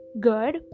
good